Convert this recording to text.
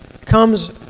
comes